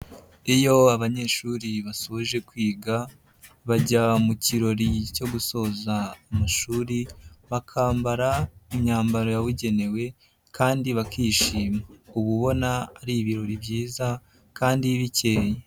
Iyo abanyeshuri basoje kwiga bajya mu kirori cyo gusoza amashuri, bakambara imyambaro yabugenewe kandi bakishima, ubu ubona ari ibirori byiza kandi bikeye.